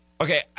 Okay